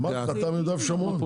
אמרתי לך, אתה ביהודה ושומרון.